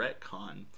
retcon